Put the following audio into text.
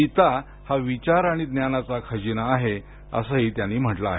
गीता हा विचार आणि ज्ञानाचा खजिना आहे अस ही त्यांनी म्हटलं आहे